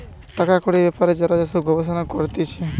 টাকা কড়ির বেপারে যারা যে সব গবেষণা করতিছে